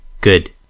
good